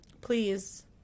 Please